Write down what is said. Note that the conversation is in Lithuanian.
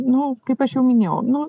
nu kaip aš jau minėjau nu